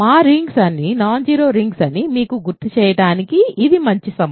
మా రింగ్స్ అన్నీ non zero rings అని మీకు గుర్తు చేయడానికి ఇది మంచి సమయం